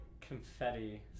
confetti